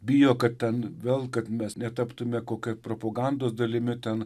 bijo kad ten vėl kad mes netaptume kokia propagandos dalimi ten